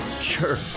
sure